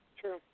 True